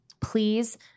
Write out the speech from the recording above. please